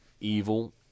evil